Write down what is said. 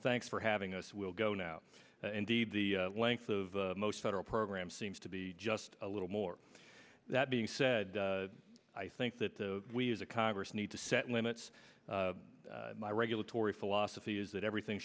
thanks for having us we'll go now indeed the length of most federal programs seems to be just a little more that being said i think that we as a congress need to set limits my regulatory philosophy is that everything